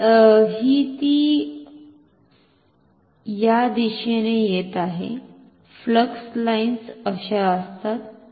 तर ही या दिशेने येत आहे फ्लक्स लाईन्स अशा असतात